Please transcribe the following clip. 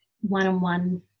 one-on-one